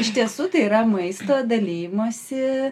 iš tiesų tai yra maisto dalijimosi